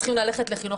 צריכים ללכת לחינוך.